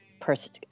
person